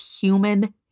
human